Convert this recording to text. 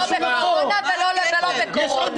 לא בקורונה ולא לא בקורונה.